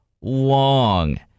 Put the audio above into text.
long